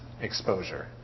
exposure